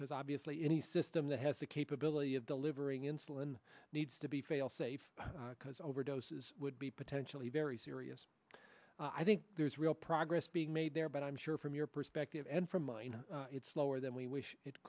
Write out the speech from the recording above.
because obviously any system that has the capability of delivering insulin needs to be fail safe because overdoses would be potentially very serious i think there's real progress being made there but i'm sure from your perspective and from mine it's lower than we wish it